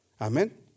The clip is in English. Amen